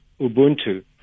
Ubuntu